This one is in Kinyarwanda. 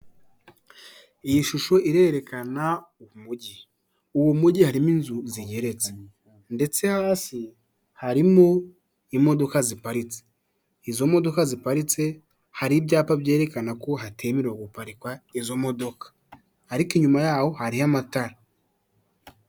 Iyi shusho irerekana umujyi uwo mujyi harimo inzu zigeretse ndetse hasi harimo imodoka ziparitse izo modoka ziparitse hari ibyapa byerekana ko hatemerewe guparikwa izo modoka ariko inyuma yaho hariho amatara.